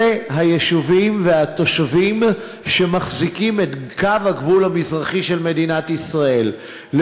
אלה היישובים והתושבים שמחזיקים את קו הגבול המזרחי של מדינת ישראל,